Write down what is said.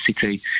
City